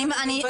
רגע,